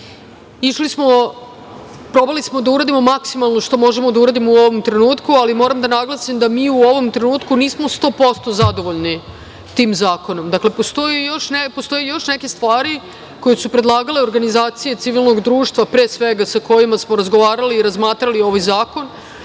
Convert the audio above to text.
decom. Probali smo da uradimo maksimalno što možemo da uradimo u ovom trenutku, ali moram da naglasim da mi u ovom trenutku nismo 100% zadovoljni tim zakonom. Dakle, postoje još neke stvari koje su predlagale organizacije civilnog društva, pre svega, sa kojima smo razgovarali i razmatrali ovaj zakon,